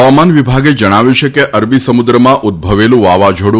હવામાન વિભાગે જણાવ્યું છે કે અરબી સમુદ્રમાં ઉદભવેલું વાવાઝોડું